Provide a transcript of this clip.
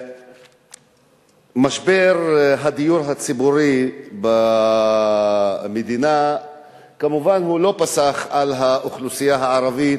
משבר הדיור הציבורי במדינה כמובן לא פסח על האוכלוסייה הערבית.